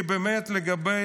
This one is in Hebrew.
כי באמת, לגבי